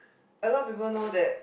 a lot of people know that